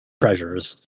treasures